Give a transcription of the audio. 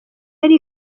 yari